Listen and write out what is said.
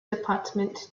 department